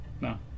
No